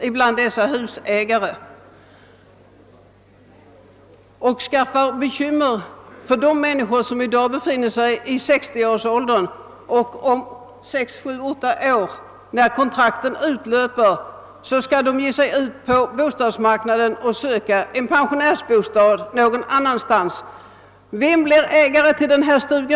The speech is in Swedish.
Därmed ger vi de människor bekymmer, som i dag är i 60-årsåldern och som efter ytterligare 6—8 år måste söka pensionärsbostad någon annanstans, när kontraktet för den gamla stugan utgår. Och vem blir då ägare till dessa stugor?